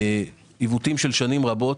עיוותים של שנים רבות.